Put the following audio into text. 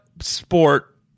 sport